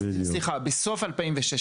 בסוף 2016